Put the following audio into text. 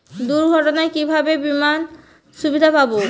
দুর্ঘটনায় কিভাবে বিমার সুবিধা পাব?